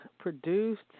Produced